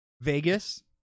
Vegas